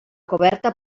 coberta